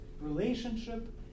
relationship